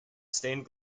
stained